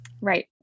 right